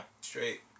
Straight